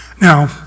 Now